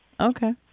Okay